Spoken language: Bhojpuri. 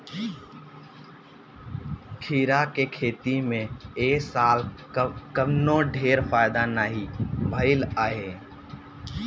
खीरा के खेती में इ साल कवनो ढेर फायदा नाइ भइल हअ